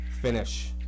finish